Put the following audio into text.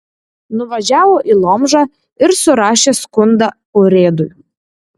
nuvažiavo į lomžą ir surašė skundą urėdui